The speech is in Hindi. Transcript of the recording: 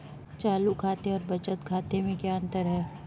चालू खाते और बचत खाते में क्या अंतर है?